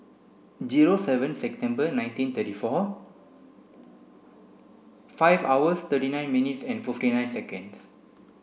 zero seven September nineteen thirty four five hours thirty nine minutes and fifty nine seconds